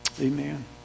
Amen